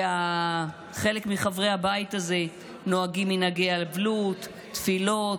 וחלק מחברי הבית הזה נוהגים מנהגי אבלות, תפילות,